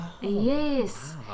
Yes